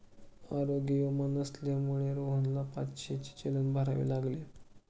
आरोग्य विमा नसल्यामुळे रोहितला पाचशेचे चलन भरावे लागले